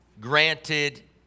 granted